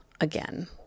again